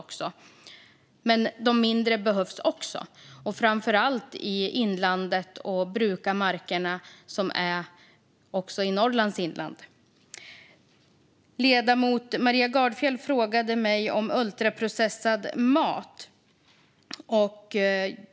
Men de mindre gårdarna behövs också, framför allt för att bruka markerna i inlandet - även Norrlands inland. Maria Gardfjell frågade mig om ultraprocessad mat.